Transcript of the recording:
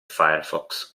firefox